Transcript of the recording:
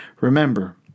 Remember